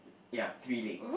ya three leg